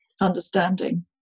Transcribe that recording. understanding